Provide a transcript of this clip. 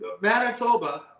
Manitoba